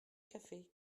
café